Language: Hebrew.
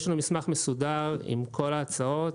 יש לנו מסמך מסודר עם כל ההצעות,